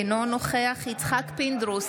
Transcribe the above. אינו נוכח יצחק פינדרוס,